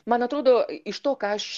man atrodo iš to ką aš